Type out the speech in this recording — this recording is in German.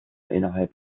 innerhalb